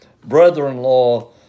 brother-in-law